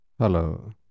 Hello